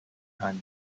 hun